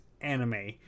anime